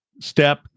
step